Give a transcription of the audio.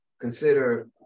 consider